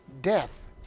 death